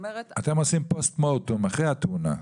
אתם עושים פוסט-מורטם, אחרי התאונה?